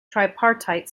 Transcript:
tripartite